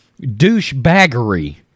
douchebaggery